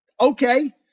okay